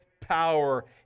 power